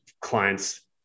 clients